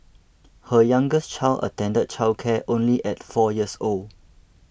her youngest child attended childcare only at four years old